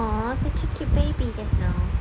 !aww! so cute cute baby just now